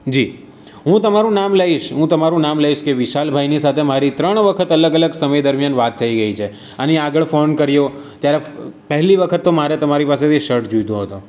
જી હું તમારું નામ લઈશ હું તમારુ નામ લઈશ કે વિશાલ ભાઈની સાથે મારી ત્રણ વખત અલગ અલગ સમય દરમિયાન વાત થઈ ગઈ છે અને આગળ ફોન કર્યો ત્યારે પહેલી વખત તો મારે તમારી પાસેથી શર્ટ જોઈતો હતો